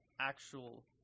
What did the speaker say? actual